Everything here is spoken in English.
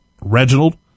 Reginald